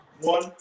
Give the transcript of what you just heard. one